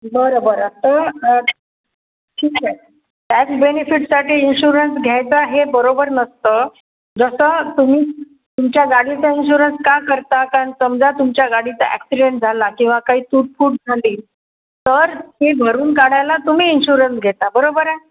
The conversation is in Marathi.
बरं बरं तर ठीक आहे टॅक्स बेनिफिटसाठी इन्शुरन्स घ्यायचा हे बरोबर नसतं जसं तुम्ही तुमच्या गाडीचा इन्शुरन्स का करता कारण समजा तुमच्या गाडीचा ॲक्सिडंट झाला किंवा काही तूटफूट झाली तर हे भरून काढायला तुम्ही इन्शुरन्स घेता बरोबर आहे